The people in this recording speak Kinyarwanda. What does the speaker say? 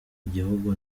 igihugu